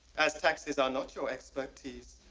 as taxes are not your expertise.